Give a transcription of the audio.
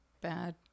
bad